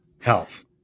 health